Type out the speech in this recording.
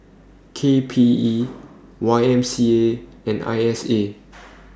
K P E Y M C A and I S A